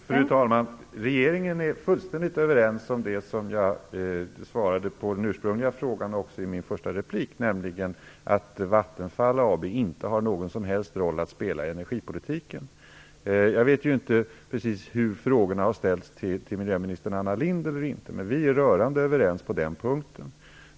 Fru talman! Regeringen är fullständigt överens om det som jag svarade på i den ursprungliga frågan samt också i mitt första inlägg, nämligen att Vattenfall AB inte har någon som helst roll att spela i energipolitiken. Jag vet ju inte om precis de frågorna har ställts till miljöminister Anna Lindh eller inte, men vi är rörande överens på den punkten.